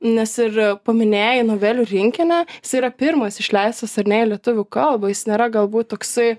nes ir paminėjai novelių rinkinį jis yra pirmas išleistas ar ne į lietuvių kalbą jis nėra galbūt toksai